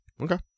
Okay